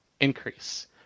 increase